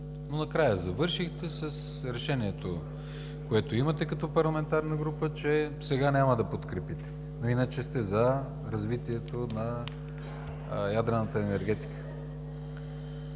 но накрая завършихте с решението, което имате като парламентарна група, че сега няма да подкрепите, но иначе сте „за“ развитието на ядрената енергетика.